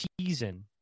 season